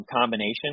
combination –